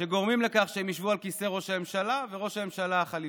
שגורמים לכך שהם ישבו על כיסא ראש-הממשלה וראש-הממשלה החליפי.